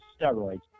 steroids